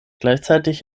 gleichzeitig